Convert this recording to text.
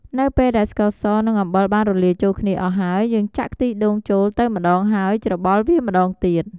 នៅពេលដែលស្ករស និងអំបិលបានរលាយចូលគ្នាអស់ហើយ យើងចាក់ខ្ទិះដូងចូលទៅម្ដងហើយច្របល់វាម្ដងទៀត។